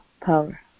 power